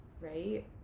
Right